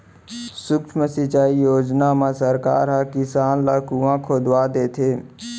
सुक्ष्म सिंचई योजना म सरकार ह किसान ल कुँआ खोदवा देथे